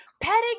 petting